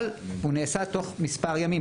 אבל הוא נעשה תוך מספר ימים.